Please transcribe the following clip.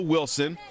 Wilson